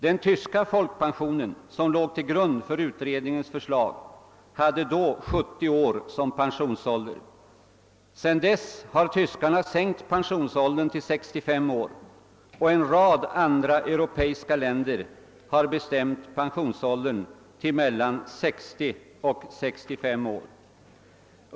Den tyska folkpensionen, som låg till grund för utredningens förslag, hade då 70 år som pensionsålder. Sedan dess har tyskarna sänkt pensionsåldern till 65 år, och en rad andra europeiska länder har bestämt pensionsåldern till mellan 60 och 65 år.